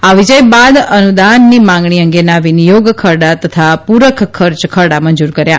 આ વિજય બાદ અનુદાનની માંગણી અંગેના વિનિયોગ ખરડા તથા પૂરકખર્ચ ખરડા મંજૂર કર્યા